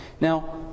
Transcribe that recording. Now